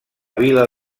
vila